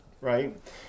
right